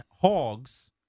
Hogs